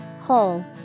Hole